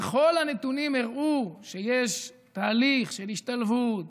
וכל הנתונים הראו שיש תהליך של השתלבות